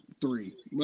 three